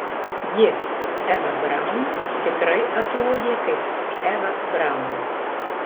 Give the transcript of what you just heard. ji eva braun tikrai atrodė kaip eva braun